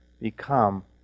become